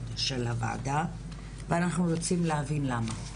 של הוועדה ואנחנו רוצים להבין למה,